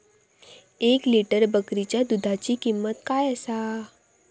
एक लिटर बकरीच्या दुधाची किंमत काय आसा?